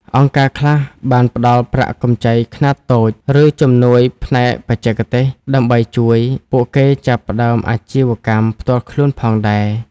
អង្គការខ្លះបានផ្តល់ប្រាក់កម្ចីខ្នាតតូច ឬជំនួយផ្នែកបច្ចេកទេសដើម្បីជួយពួកគេចាប់ផ្តើមអាជីវកម្មផ្ទាល់ខ្លួនផងដែរ។